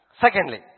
Secondly